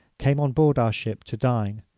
came on board our ship to dine.